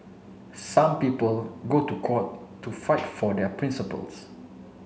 some people go to court to fight for their principles